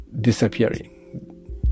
disappearing